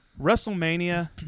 wrestlemania